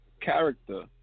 Character